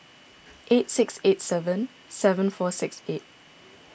eight six eight seven seven four six eight